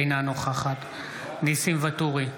אינה נוכחת ניסים ואטורי,